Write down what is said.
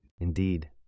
Indeed